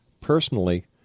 personally